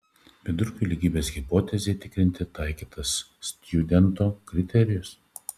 vidurkių lygybės hipotezei tikrinti taikytas stjudento kriterijus